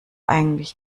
eigentlich